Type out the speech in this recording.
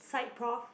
side prof